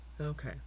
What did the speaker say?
okay